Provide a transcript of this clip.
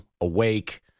awake